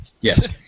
Yes